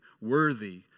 worthy